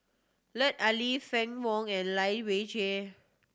Lut Ali Fann Wong and Lai Weijie